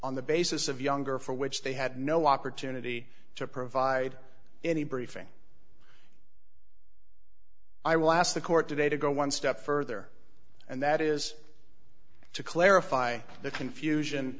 on the basis of younger for which they had no opportunity to provide any briefing i will ask the court today to go one step further and that is to clarify the confusion